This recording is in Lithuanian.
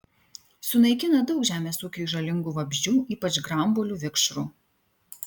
sunaikina daug žemės ūkiui žalingų vabzdžių ypač grambuolių vikšrų